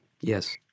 Yes